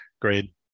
Great